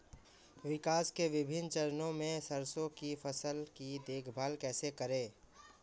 विकास के विभिन्न चरणों में सरसों की फसल की देखभाल कैसे करें?